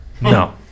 No